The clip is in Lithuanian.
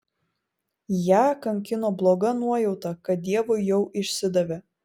ją kankino bloga nuojauta kad deivui jau išsidavė